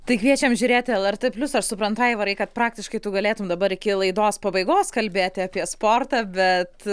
tai kviečiam žiūrėti lrt plius aš suprantu aivarai kad praktiškai tu galėtum dabar iki laidos pabaigos kalbėti apie sportą bet